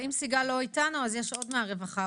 אם סיגל לא איתנו יש עוד נציגים מהרווחה,